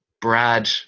Brad